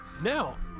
Now